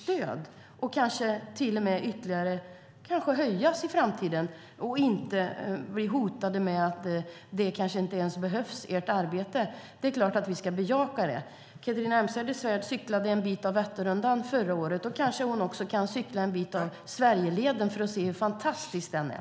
Det behöver kanske till och med höjas ytterligare i framtiden. De ska inte bli hotade genom att man säger: Ert arbete kanske inte ens behövs. Det är klart att vi ska bejaka det. Catharina Elmsäter-Svärd cyklade en bit av Vätternrundan förra året. Då kanske hon också kan cykla en bit av Sverigeleden för att se hur fantastisk den är.